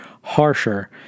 harsher